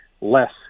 less